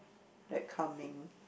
like coming